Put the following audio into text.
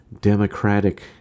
democratic